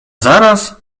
zaraz